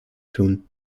tun